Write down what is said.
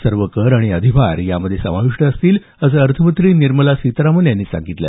सर्व कर आणि अधिभार यामध्ये समाविष्ट असतील असं अर्थमंत्री निर्मला सीतारामन यांनी सांगितलं